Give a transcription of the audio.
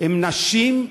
הן נשים,